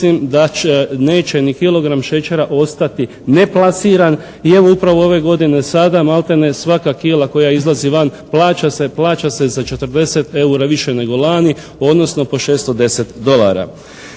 mislim da neće ni kilogram šećera ostati neplasiran i evo upravo ove godine sada maltene svaka kila koja izlazi van plaća se za 40 eura više nego lani, odnosno po 610 dolara.